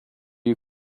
you